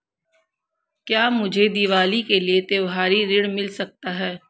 क्या मुझे दीवाली के लिए त्यौहारी ऋण मिल सकता है?